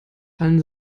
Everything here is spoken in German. fallen